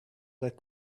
that